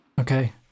Okay